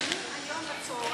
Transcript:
סדר-היום הזה.